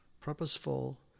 purposeful